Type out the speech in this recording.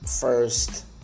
first